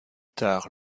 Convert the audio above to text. tard